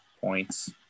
points